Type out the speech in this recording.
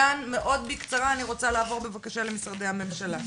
דן, מאוד בקצרה, אני רוצה לעבור למשרדי הממשלה.